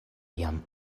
jam